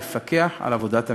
לפקח על עבודת הממשלה.